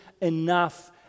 enough